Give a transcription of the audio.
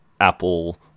apple